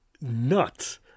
nuts